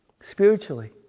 spiritually